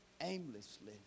aimlessly